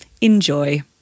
Enjoy